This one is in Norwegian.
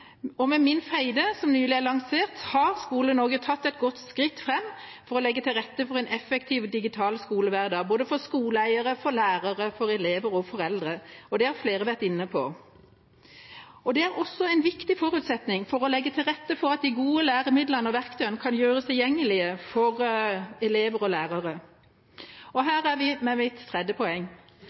Og med minfeide.no, som nylig er lansert, har Skole-Norge tatt et godt skritt framover for å legge til rette for en effektiv og digital skolehverdag, både for skoleeiere, for lærere, for elever og for foreldre. Det har flere vært inne på. Og det er også en viktig forutsetning for å legge til rette for at de gode læremidlene og verktøyene kan gjøres tilgjengelige for elever og lærere. Her er vi ved mitt tredje poeng.